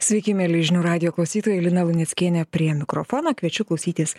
sveiki mieli žinių radijo klausytojai lina luneckienė prie mikrofono kviečiu klausytis